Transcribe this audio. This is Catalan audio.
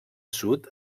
sud